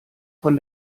von